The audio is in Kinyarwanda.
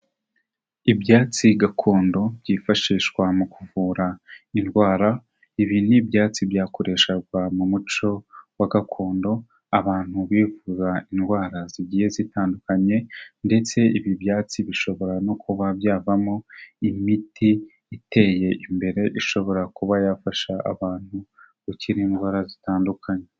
Ibyatsi gakondo byifashishwa mu kuvura indwara. Ibi n'ibyatsi byakoreshaga mu muco wa gakondo abantu bivura indwara zigiye zitandukanye ndetse ibi byatsi bishobora no kuba byavamo imiti iteye imbere, ishobora kuba yafasha abantu gukira indwara zitandukanye.